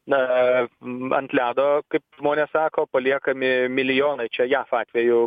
na ant ledo kaip žmonės sako paliekami milijonai čia jav atveju